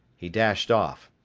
he dashed off.